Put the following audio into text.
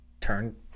turn